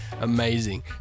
Amazing